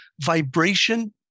Vibration